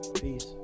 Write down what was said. Peace